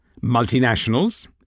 multinationals